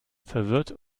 verwirrt